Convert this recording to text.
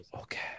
Okay